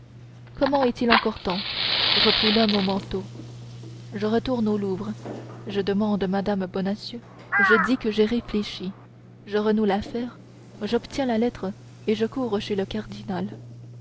comment est-il encore temps reprit l'homme au manteau je retourne au louvre je demande mme bonacieux je dis que j'ai réfléchi je renoue l'affaire j'obtiens la lettre et je cours chez le cardinal